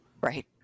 Right